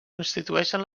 constitueixen